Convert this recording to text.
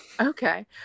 Okay